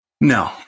No